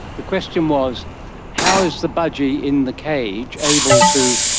the question was how is the budgie in the cage able to,